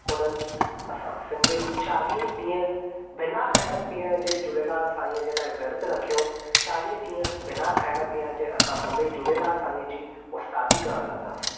हुननि असां सिंधियुनि चालीह ई ॾींहं बिना खायण पीअण जे झुलेलाल साईं जे लाइ वृत रखियो चालीह ॾींहं बिना खाइण पीअण जे असां सभई झुलेलाल साईं जी उस्तादी करण लॻियासीं